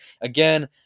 Again